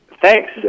Thanks